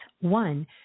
one